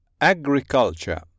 Agriculture